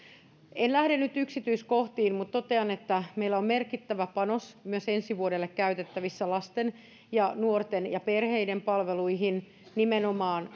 en lähde nyt yksityiskohtiin mutta totean että meillä on merkittävä panos myös ensi vuodelle käytettävissä lasten nuorten ja perheiden palveluihin nimenomaan